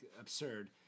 absurd